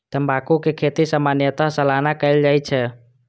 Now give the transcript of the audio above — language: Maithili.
तंबाकू के खेती सामान्यतः सालाना कैल जाइ छै